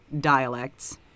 dialects